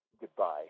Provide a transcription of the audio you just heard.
Goodbye